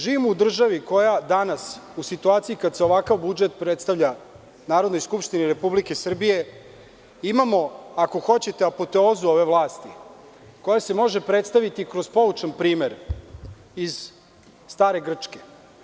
Živimo u državi koja danas u situaciji kada se ovakav budžet predstavlja Narodnoj skupštini, imamo, ako hoćete apoteozu ove vlasti, koja se može predstaviti kroz poučan primer iz Stare Grčke.